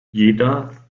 jeder